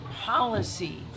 policy